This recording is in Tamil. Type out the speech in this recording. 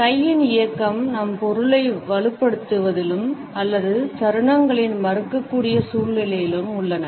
கையின் இயக்கம் நம் பொருளை வலுப்படுத்துவதிலும் அல்லது தருணங்களில் மறுக்கக்கூடிய சூழ்நிலையிலும் உள்ளன